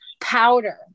powder